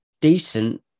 decent